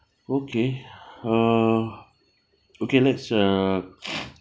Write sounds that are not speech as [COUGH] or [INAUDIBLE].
okay [BREATH] uh okay let's uh [NOISE]